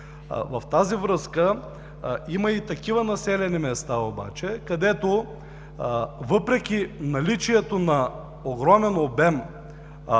В тази връзка има и такива населени места обаче, където въпреки наличието на огромен обем